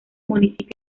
municipios